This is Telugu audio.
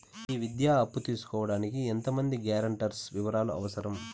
ఈ విద్యా అప్పు తీసుకోడానికి ఎంత మంది గ్యారంటర్స్ వివరాలు అవసరం?